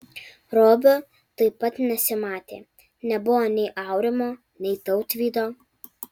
robio taip pat nesimatė nebuvo nei aurimo nei tautvydo